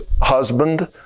husband